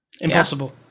Impossible